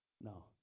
no